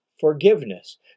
forgiveness